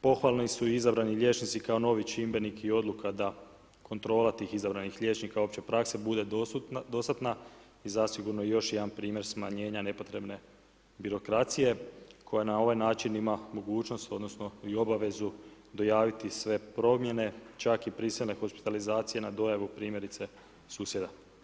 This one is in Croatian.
Pohvalno su izabrani liječnici kao novi čimbenik i odluka da kontrola tih izabranih liječnika opće prakse bude dostatna i zasigurno još jedan primjer smanjenja nepotrebne birokracije koja na ovaj način ima mogućnost odnosno i obavezu dojaviti sve promjene čak i prisilne hospitalizacije na dojavu primjerice susjeda.